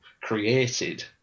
created